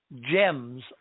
gems